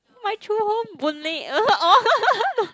my true home Boon-Lay